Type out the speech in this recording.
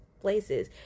places